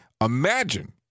Imagine